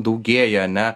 daugėja ane